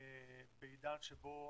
בעידן שבו